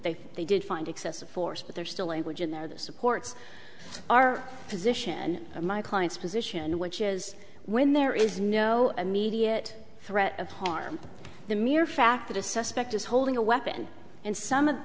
they they did find excessive force but there's still a wedge in there this supports our position my client's position which is when there is no immediate threat of harm the mere fact that a suspect is holding a weapon in some of